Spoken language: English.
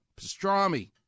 pastrami